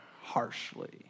harshly